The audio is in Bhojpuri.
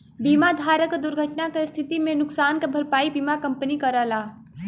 बीमा धारक क दुर्घटना क स्थिति में नुकसान क भरपाई बीमा कंपनी करला